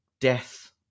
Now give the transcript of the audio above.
death